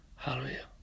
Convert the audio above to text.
Hallelujah